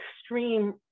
extreme